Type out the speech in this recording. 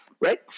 right